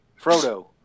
Frodo